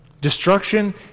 Destruction